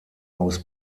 aus